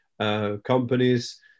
companies